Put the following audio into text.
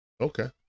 Okay